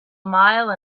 mile